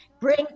Bring